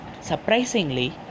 Surprisingly